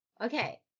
Okay